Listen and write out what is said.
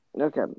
Okay